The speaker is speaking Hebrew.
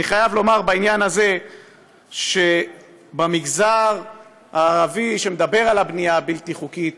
אני חייב לומר בעניין הזה שבמגזר הערבי שמדבר על הבנייה הבלתי-חוקית